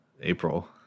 April